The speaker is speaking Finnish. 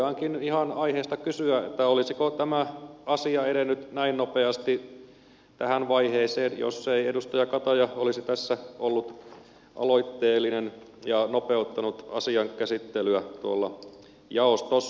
voidaankin ihan aiheesta kysyä olisiko tämä asia edennyt näin nopeasti tähän vaiheeseen jos ei edustaja kataja olisi tässä ollut aloitteellinen ja nopeuttanut asian käsittelyä tuolla jaostossa